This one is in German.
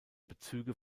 bezüge